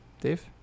Dave